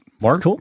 Mark